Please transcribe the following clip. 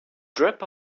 drip